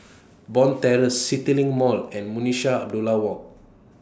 Bond Terrace CityLink Mall and Abdullah Walk